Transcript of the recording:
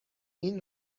این